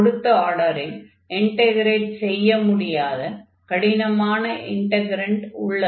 கொடுத்த ஆர்டரில் இன்டக்ரேட் செய்ய முடியாத கடினமான இன்டக்ரன்ட் உள்ளது